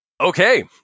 Okay